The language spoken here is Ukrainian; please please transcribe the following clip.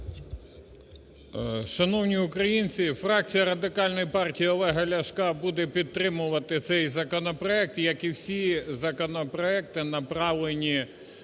Шановні українці, фракція Радикальної партії Олега Ляшка буде підтримувати цей законопроект, як і всі законопроекти, направлені